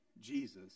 Jesus